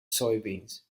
soybeans